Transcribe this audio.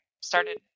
started